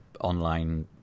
online